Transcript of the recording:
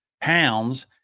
pounds